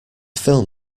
film